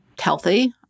healthy